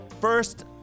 first